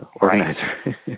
organizer